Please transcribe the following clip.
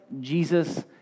Jesus